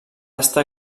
estar